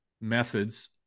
methods